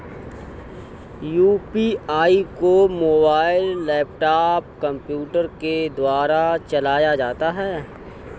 UPI को mobile laptop computer के द्वारा चलाया जाता है